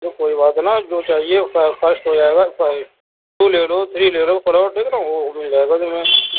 تو کوئی بات نا جو چاہیے فرسٹ ہو جائے گا ٹو لے لو تھری لے لو فلور دیکھ لو وہ مل جائے گا تمہیں